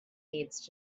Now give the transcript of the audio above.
needs